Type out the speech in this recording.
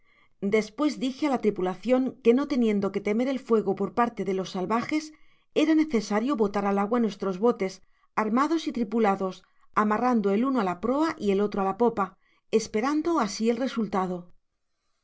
despues dije á la tripulacion que no teniendo que temer el fuego por parte de los salvajes era necesario botar al agua nuestros botes ar mados y tripulados amarrando el uno á l proa y el otro á la popa esperando así el resultado